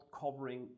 covering